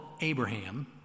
Abraham